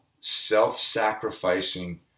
self-sacrificing